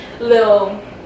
Little